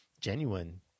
genuine